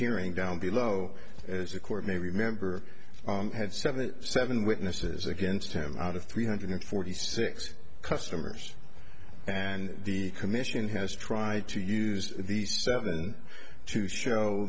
hearing down below as the court may remember had seventy seven witnesses against him out of three hundred forty six customers and the commission has tried to use the seven to show